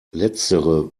letztere